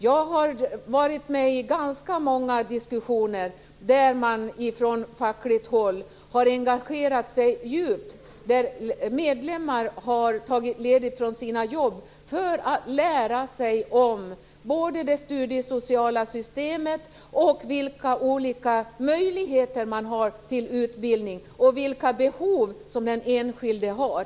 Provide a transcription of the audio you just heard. Jag har deltagit i ganska många diskussioner, där man från fackligt håll har engagerat sig djupt. Medlemmar har tagit ledigt från sina jobb för att lära sig både det studiesociala systemet och vilka olika möjligheter man har till utbildning samt vilka behov den enskilde har.